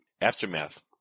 Aftermath